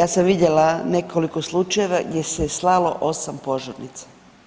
ja sam vidjela nekoliko slučajeva gdje se slalo 8 požurnica.